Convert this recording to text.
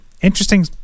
interesting